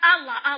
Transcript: Allah